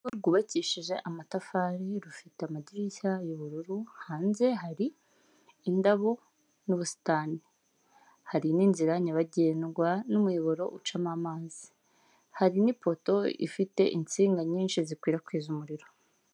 Urugo rwubakishije amatafari rufite amadirishya y'ubururu, hanze hari indabo n'ubusitani hari n'inzira nyabagendwa n'umuyoboro ucamo amazi, hari n'ipoto ifite insinga nyinshi zikwirakwiza umuriro.